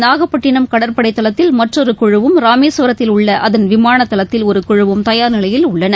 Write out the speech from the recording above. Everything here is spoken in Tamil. நாகப்பட்டினம் கடற்படைதளத்தில் மற்றொருகுழுவும் ராமேஸ்வரத்தில் உள்ளஅதன் விமானதளத்தில் ஒருகுழுவும் தயார் நிலையில் உள்ளன